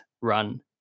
run